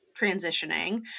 transitioning